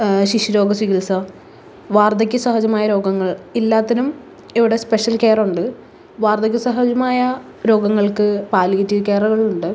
ശിശുരോഗ ചികിത്സ വാർധക്യ സഹജമായ രോഗങ്ങൾ എല്ലാത്തിനും ഇവിടെ സ്പെഷ്യൽ കെയറുണ്ട് വാർധക്യ സഹജമായ രോഗങ്ങൾക്ക് പാലിയേറ്റീവ് കെയറുകളുണ്ട്